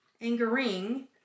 Angering